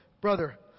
Brother